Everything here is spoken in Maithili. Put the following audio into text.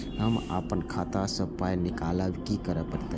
हम आपन खाता स पाय निकालब की करे परतै?